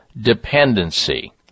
Dependency